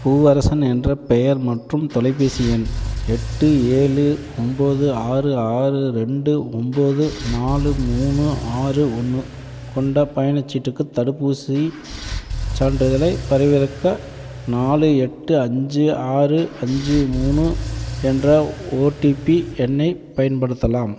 பூவரசன் என்ற பெயர் மற்றும் தொலைபேசி எண் எட்டு ஏழு ஒன்போது ஆறு ஆறு ரெண்டு ஒன்போது நாலு மூணு ஆறு ஒன்று கொண்ட பயணசீட்டுக்கு தடுப்பூசி சான்றிதழை பதிவிறக்க நாலு எட்டு அஞ்சு ஆறு அஞ்சு மூணு என்ற ஓடிபி எண்ணை பயன்படுத்தலாம்